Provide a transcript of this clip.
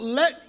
let